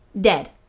dead